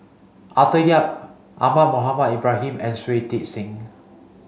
Arthur Yap Ahmad Mohamed Ibrahim and Shui Tit Sing